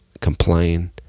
complain